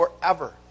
forever